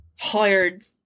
hired